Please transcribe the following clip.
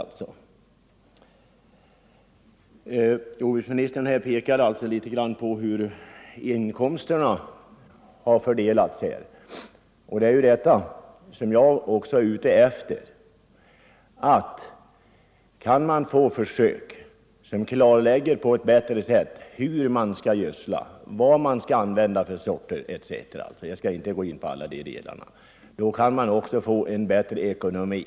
Jordbruksministern redogjorde nu för hur inkomsterna från försöksverksamheten fördelar sig. Kan man åstadkomma att försöken på ett bättre sätt klarlägger hur man bör gödsla, vilka sorters utsäde som bör användas etc. kan man också få en bättre ekonomi.